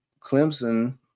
Clemson –